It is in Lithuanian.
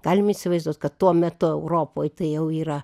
galim įsivaizduot kad tuo metu europoj tai jau yra